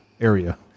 area